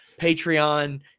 Patreon